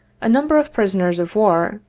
a number of prisoners of war,